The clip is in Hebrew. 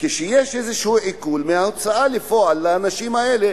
כשיש איזה עיקול מההוצאה לפועל לאנשים האלה,